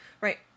Right